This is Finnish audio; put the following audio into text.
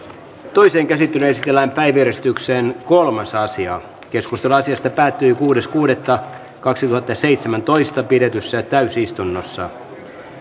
toiseen käsittelyyn esitellään päiväjärjestyksen kolmas asia keskustelu asiasta päättyi kuudes kuudetta kaksituhattaseitsemäntoista pidetyssä täysistunnossa